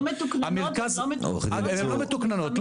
מתוקננות ולא מתוכננות --- הן לא מתוקננות,